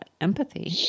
empathy